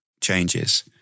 changes